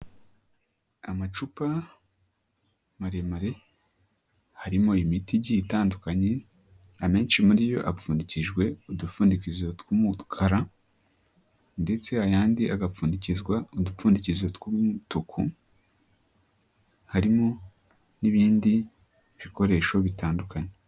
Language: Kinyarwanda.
Amacupa maremare harimo imiti igiye itandukanye, amennshi muri yo apfundikijwe udupfundikizo tw'umukara ndetse ayandi agapfundikizwa udupfundikizo tw'umutuku, harimo n'ibindi bikoresho bitandukanye.